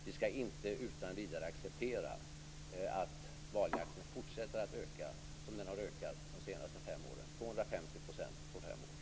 Vi skall inte utan vidare acceptera att valjakten fortsätter att öka som den har ökat de senaste fem åren, med 250 % på fem år.